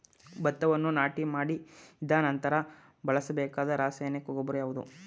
ಭತ್ತವನ್ನು ನಾಟಿ ಮಾಡಿದ ನಂತರ ಬಳಸಬೇಕಾದ ರಾಸಾಯನಿಕ ಗೊಬ್ಬರ ಯಾವುದು?